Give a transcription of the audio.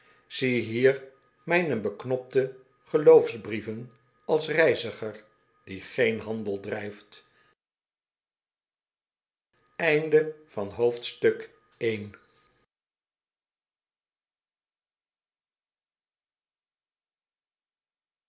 ziehier mijne beknopte geloofsbrieven als reiziger die geen handel drijft